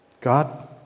God